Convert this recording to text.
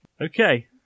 Okay